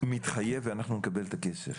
מתחייב ואנחנו נקבל את הכסף,